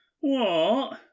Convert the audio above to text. What